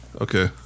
Okay